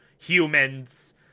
humans